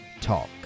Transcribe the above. Talk